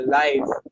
life